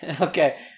Okay